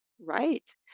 Right